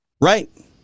right